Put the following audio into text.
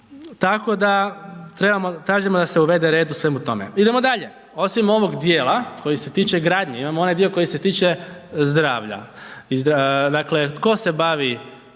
tako da tražimo da se uvede red u svemu tome. Idemo dalje. Osim ovog djela koji se tiče gradnje, imamo onaj dio koji se tiče zdravlja, dakle tko se bavi